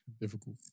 difficult